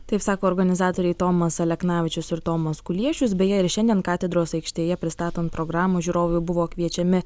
taip sako organizatoriai tomas aleknavičius ir tomas kuliešius beje ir šiandien katedros aikštėje pristatant programą žiūrovai buvo kviečiami